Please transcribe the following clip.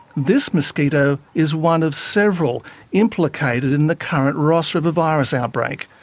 this mosquito is one of several implicated in the current ross river virus outbreak.